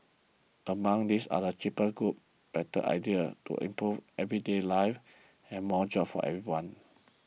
among these are cheaper goods better ideas to improve everyday lives and more jobs for everyone